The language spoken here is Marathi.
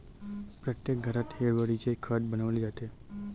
प्रत्येक घरात हिरवळीचे खत बनवले जाते